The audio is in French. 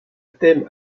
thème